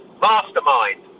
Mastermind